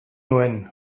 nuen